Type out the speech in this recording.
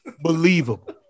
believable